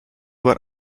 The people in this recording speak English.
were